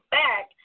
back